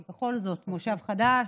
זה בכל זאת מושב חדש,